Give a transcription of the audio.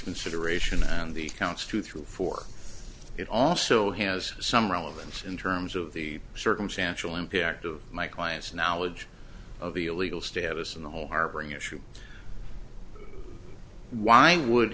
consideration and the counts two through four it also has some relevance in terms of the circumstantial impact of my client's knowledge of the legal status in the whole harboring issue why would